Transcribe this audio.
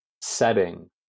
setting